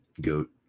goat